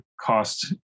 cost